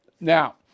Now